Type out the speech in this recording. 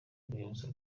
rwibutso